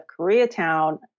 Koreatown